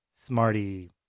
smarty